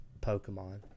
Pokemon